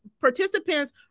participants